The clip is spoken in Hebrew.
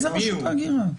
איזה רשות ההגירה?